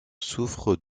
souffre